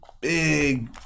big